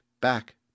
back